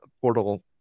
portal